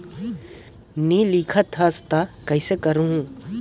नी लिखत हस ता कइसे करू?